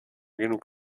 genug